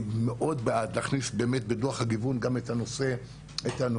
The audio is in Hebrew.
אני מאוד בעד להכניס באמת בדוח הגיוון גם את הנושא המגדרי.